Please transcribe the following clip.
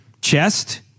chest